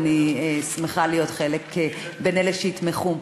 אני שמחה להיות בין אלה שיתמכו.